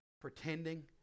pretending